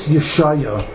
Yeshaya